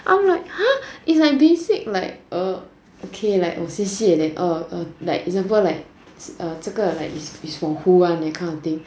I'm like !huh! is like they said like err okay like oh 谢谢 err like example like 这个 is like for who one that kind of thing